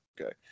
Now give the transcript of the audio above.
Okay